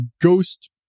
ghost